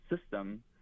system